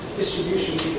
distribution